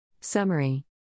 Summary